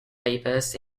papers